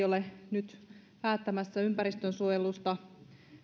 ole päättämässä ympäristönsuojelusta